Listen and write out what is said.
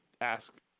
ask –